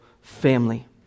family